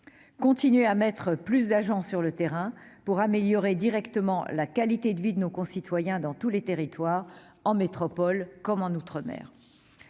Continuer à déployer davantage d'agents sur le terrain revient à améliorer directement la qualité de vie de nos concitoyens dans tous les territoires, en métropole comme en outre-mer.